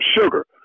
sugar